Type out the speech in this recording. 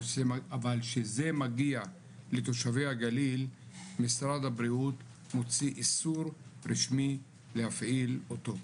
אבל שזה מגיע לתושבי הגליל משרד הבריאות מוציא איסור רשמי להפעיל אותו.